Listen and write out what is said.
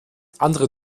andere